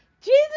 Jesus